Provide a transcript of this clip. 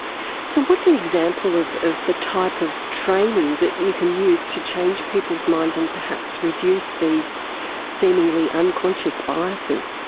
so what's an example of of the type of training that you can use to change people's minds and perhaps reduce these seemingly unconscious biases?